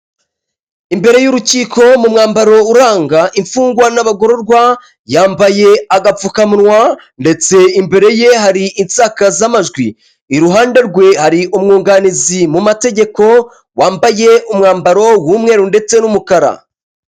Imbere y'urukiko mu mwambaro uranga imfungwa n'abagororwa, yambaye agapfukamunwa, ndetse imbere ye hari insakazamajwi, iruhande rwe hari umwunganizi mu mategeko wambaye umwambaro w'umweru ndetse n'umukara.